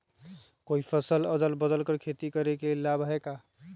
कोई फसल अदल बदल कर के खेती करे से लाभ है का?